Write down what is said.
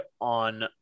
on